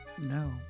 No